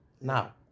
now